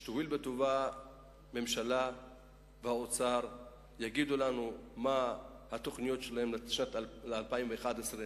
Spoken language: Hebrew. שיואילו בטובם הממשלה והאוצר ויגידו לנו מה התוכניות שלהם ל-2011.